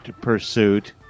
pursuit